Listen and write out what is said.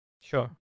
sure